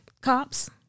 cops